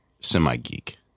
semi-geek